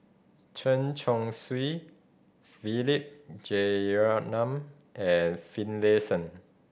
Chen Chong Swee Philip Jeyaretnam and Finlayson